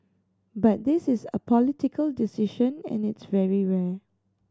but this is a political decision and it's very rare